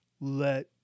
let